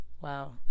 Wow